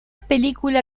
película